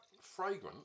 fragrant